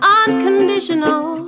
unconditional